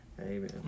Amen